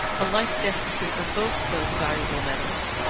alike destitute of both those valuable metals,